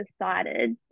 decided